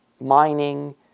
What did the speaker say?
mining